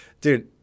Dude